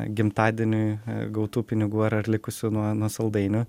gimtadieniui gautų pinigų ar ar likusių nuo nuo saldainių